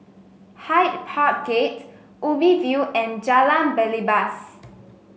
Hyde Park Gate Ubi View and Jalan Belibas